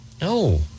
No